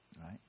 right